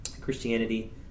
Christianity